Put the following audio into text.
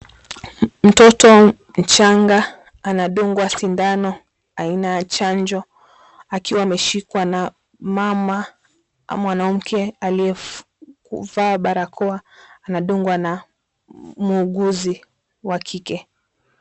Mtoto mchanga anadungwa sindano aina ya chanjo, akiwa ameshikwa na mama mwanamke aliyevaa barakoa. Anadungwa na muuguzi wa kike.